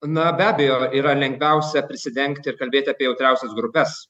na be abejo yra lengviausia prisidengti ir kalbėti apie jautriausias grupes